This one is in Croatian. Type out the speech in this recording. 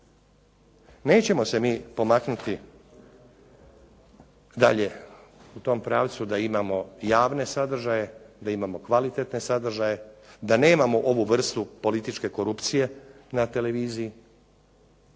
Nećemo se mi pomaknuti dalje u tom pravcu da imamo javne sadržaje, kvalitetne sadržaje, da nemamo ovu vrstu političke korupcije na televiziji,